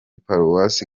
paruwasi